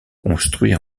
construit